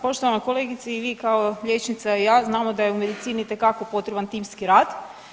Poštovana kolegice i vi kao liječnica i ja znamo da je u medicini itekako potreban timski rad.